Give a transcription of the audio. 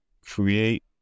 Create